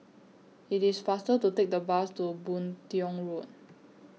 IT IS faster to Take The Bus to Boon Tiong Road